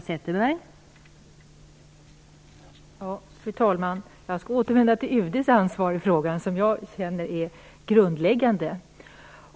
Fru talman! Jag skall återvända till UD:s ansvar i frågan, vilket jag känner är grundläggande.